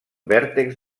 vèrtex